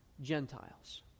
Gentiles